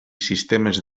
sistemes